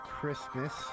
Christmas